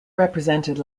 represented